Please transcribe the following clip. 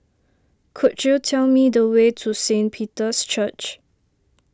could you tell me the way to Saint Peter's Church